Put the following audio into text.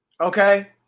Okay